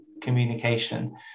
communication